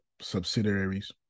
subsidiaries